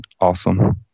awesome